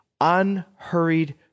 Unhurried